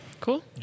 Cool